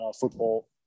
football